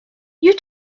you